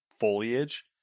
foliage